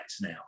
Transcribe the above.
now